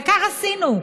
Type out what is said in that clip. וכך עשינו.